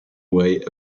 way